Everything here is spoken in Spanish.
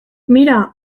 mira